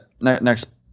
next